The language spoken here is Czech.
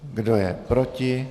Kdo je proti?